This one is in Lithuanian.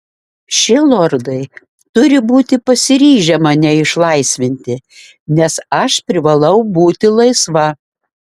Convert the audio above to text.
šie lordai turi būti pasiryžę mane išlaisvinti nes aš privalau būti laisva